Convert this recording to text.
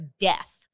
death